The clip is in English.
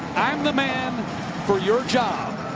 i'm the man for your job.